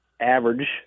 average